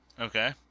Okay